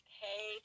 hey